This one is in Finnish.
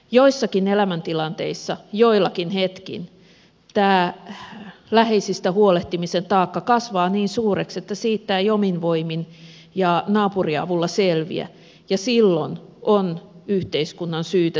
joissakin elämäntilanteissa joillakin hetkin tämä läheisistä huolehtimisen taakka kasvaa niin suureksi että siitä ei omin voimin ja naapuriavulla selviä ja silloin on yhteiskunnan syytä sitä tukea